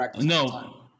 No